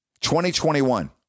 2021